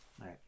right